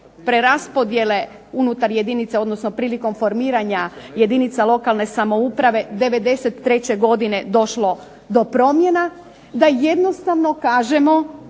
preraspodjele unutar jedinica, odnosno prilikom formiranja jedinica lokalne samouprave 93. godine došlo do promjena, da jednostavno kažemo